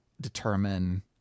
determine